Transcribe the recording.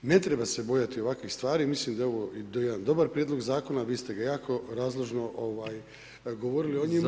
Ne treba se bojati ovakvih stvari, mislim da je ovo jedan dobar prijedlog zakona, vi ste ga jako razložno govorili o njemu i